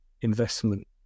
investment